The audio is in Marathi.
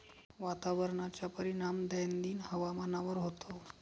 वातावरणाचा परिणाम दैनंदिन हवामानावर होतो